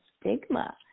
stigma